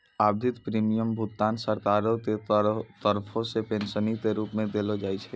आवधिक प्रीमियम भुगतान सरकारो के तरफो से पेंशनो के रुप मे देलो जाय छै